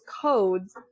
codes